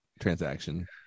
transaction